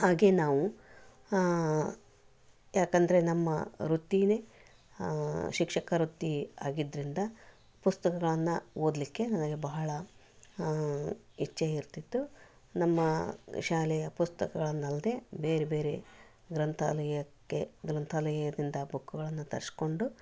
ಹಾಗೆ ನಾವು ಯಾಕೆಂದ್ರೆ ನಮ್ಮ ವೃತ್ತಿಯೇ ಶಿಕ್ಷಕ ವೃತ್ತಿ ಆಗಿದ್ದರಿಂದ ಪುಸ್ತಕಗಳನ್ನು ಓದಲಿಕ್ಕೆ ನನಗೆ ಬಹಳ ಇಚ್ಛೆ ಇರ್ತಿತ್ತು ನಮ್ಮ ಶಾಲೆಯ ಪುಸ್ತಕಗಳನಲ್ಲದೆ ಬೇರೆ ಬೇರೆ ಗ್ರಂಥಾಲಯಕ್ಕೆ ಗ್ರಂಥಾಲಯದಿಂದ ಬುಕ್ಗಳನ್ನು ತರಿಸ್ಕೊಂಡು